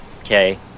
okay